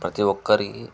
ప్రతీ ఒక్కరి